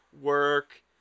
work